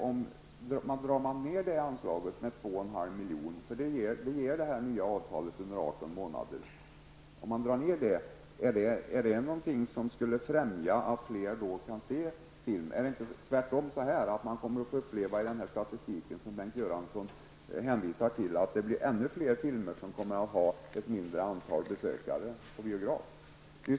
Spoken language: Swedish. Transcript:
Om man drar ned detta anslag med 2,5 milj.kr., vilket det nya avtalet innebär under 18 månader, främjar det då att fler kan se film? Kommer man inte i stället att i den statistik som Bengt Göransson hänvisade till få se att ännu fler filmer kommer att ha ett mindre antal besökare på biograf?